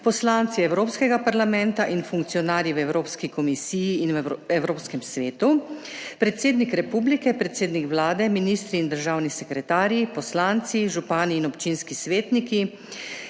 poslanci Evropskega parlamenta in funkcionarji v Evropski komisiji in v Evropskem svetu, predsednik republike, predsednik Vlade, ministri in državni sekretarji, poslanci, župani in občinski svetniki,